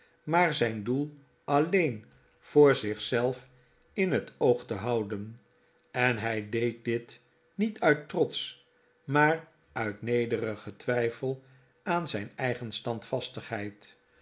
maar zijn doel alleen voor zich zelf in het oog te houden en hij deed dit niet uit trots maar uit nederigen twijfel aan zijn